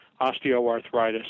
osteoarthritis